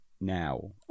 now